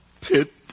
pit